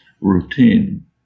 routine